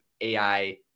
AI